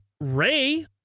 Ray